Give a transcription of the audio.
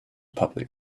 public